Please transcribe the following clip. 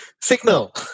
Signal